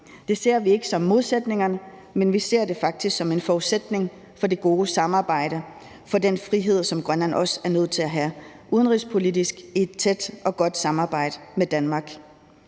Det ser vi ikke som modsætninger, men vi ser det faktisk som en forudsætning for det gode samarbejde, for den frihed, som Grønland også er nødt til at have udenrigspolitisk i et tæt og godt samarbejde med Danmark.